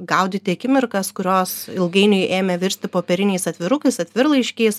gaudyti akimirkas kurios ilgainiui ėmė virsti popieriniais atvirukais atvirlaiškiais